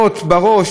חתכים,